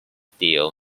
deal